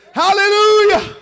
hallelujah